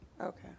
Okay